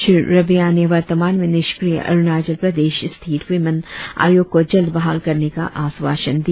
श्री रिबिया ने वर्तमान में निष्क्रिय अरुणाचल प्रदेश स्टेट वीमेन आयोग को जल्द बहाल करने का आशासन दिया